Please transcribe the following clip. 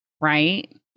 right